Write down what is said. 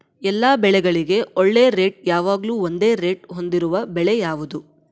ಎಲ್ಲ ಬೆಳೆಗಳಿಗೆ ಒಳ್ಳೆ ರೇಟ್ ಯಾವಾಗ್ಲೂ ಒಂದೇ ರೇಟ್ ಹೊಂದಿರುವ ಬೆಳೆ ಯಾವುದು?